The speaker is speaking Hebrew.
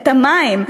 את המים,